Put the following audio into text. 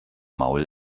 maul